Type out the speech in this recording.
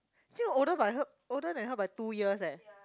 Jing Ru older by her older than her by two years eh